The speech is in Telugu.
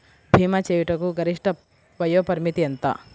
భీమా చేయుటకు గరిష్ట వయోపరిమితి ఎంత?